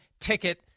ticket